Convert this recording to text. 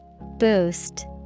Boost